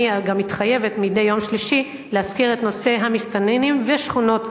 אני גם מתחייבת מדי יום שלישי להזכיר את נושא המסתננים והשכונות